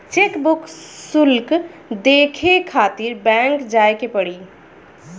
chequebook शुल्क देखे खातिर बैंक जाए के पड़ी